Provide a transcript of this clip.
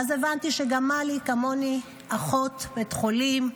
ואז הבנתי שגם מלי, כמוני, היא אחות בית חולים.